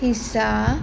ਹਿੱਸਾ